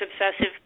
obsessive